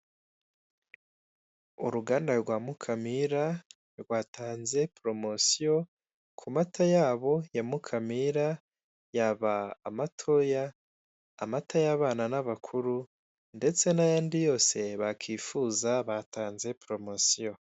Uruganda rwa Mukamira rwatanze poromosiyo ku mata ya bo ya Mukamira, yaba amatoya, amata ay'abana n'abakuru, ndetse n'ayandi yose bakifuza, batanze poromosiyo.